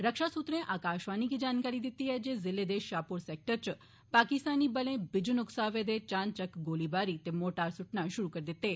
रक्षा सूत्रे आकाशवाणी गी जानकारी दिती ऐ जे जिले दे शाहप्र सैक्टर च पाकिस्तानी बले विजन उकसावे दे चानचक्क गोलीबारी ते मोर्टार सुइने शुरु करी दिते